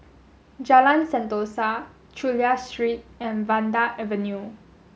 Jalan Sentosa Chulia Street and Vanda Avenue